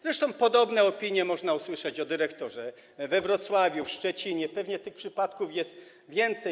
Zresztą podobne opinie można usłyszeć o dyrektorze we Wrocławiu, w Szczecinie, pewnie tych przypadków jest więcej.